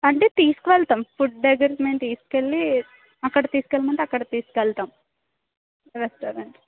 అంటే తీసుకువెళ్తాము ఫుడ్ దగ్గరికి మేము తీసుకెళ్ళి అక్కడికి తీసుకెళ్ళమంటే అక్కడికి తీసుకువెళ్తాము రెస్టారెంట్